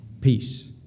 Peace